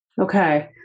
Okay